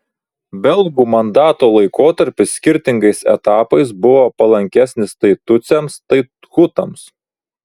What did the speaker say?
belgų mandato laikotarpis skirtingais etapais buvo palankesnis tai tutsiams tai hutams